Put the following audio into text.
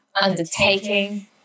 undertaking